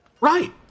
right